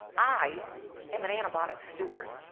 i am an antibiotic steward.